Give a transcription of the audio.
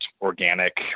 organic